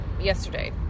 yesterday